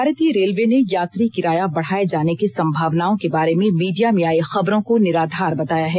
भारतीय रेलवे ने यात्री किराया बढाए जाने की सम्भावनाओं के बारे में मीडिया में आई खबरों को निराधार बताया है